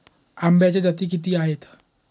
आंब्याच्या जाती किती आहेत?